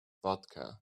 vodka